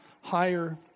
higher